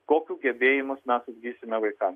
kokių gebėjimų mes ugdysime vaikam